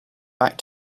back